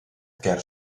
ger